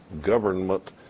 government